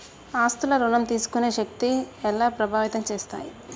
ఆస్తుల ఋణం తీసుకునే శక్తి ఎలా ప్రభావితం చేస్తాయి?